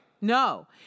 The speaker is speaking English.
No